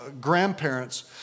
grandparents